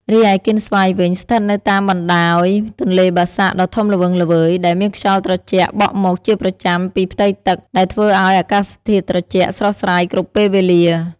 រីឯកៀនស្វាយវិញ ស្ថិតនៅតាមបណ្តោយទន្លេបាសាក់ដ៏ធំល្វឹងល្វើយ ដែលមានខ្យល់ត្រជាក់បក់មកជាប្រចាំពីផ្ទៃទឹកដែលធ្វើឲ្យអាកាសធាតុត្រជាក់ស្រស់ស្រាយគ្រប់ពេលវេលា។